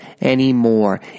anymore